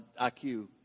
IQ